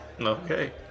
okay